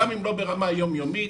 גם אם לא ברמה יום יומית,